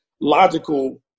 logical